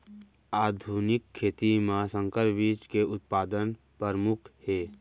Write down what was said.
आधुनिक खेती मा संकर बीज के उत्पादन परमुख हे